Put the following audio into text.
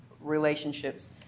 relationships